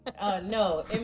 no